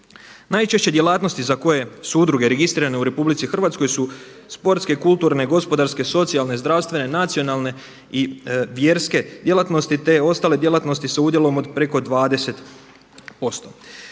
Najčešće djelatnosti za koje su udruge registrirane u RH su sportske, kulturne, gospodarske, socijalne, zdravstvene, nacionalne i vjerske djelatnosti, te ostale djelatnosti sa udjelom od preko 20%.